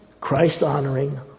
Christ-honoring